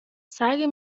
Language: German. zeige